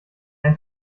ein